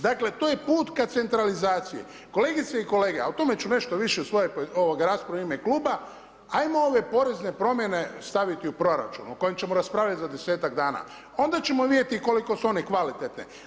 Dakle, to je put ka centralizaciji kolegice i kolege, a o tome ću nešto više u svojoj raspravi u ime kluba, ajmo ove porezne promjene staviti u proračun o kojem ćemo raspravljati za 10-tak dan, onda ćemo vidjeti koliko su one kvalitetne.